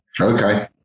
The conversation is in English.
okay